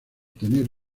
tener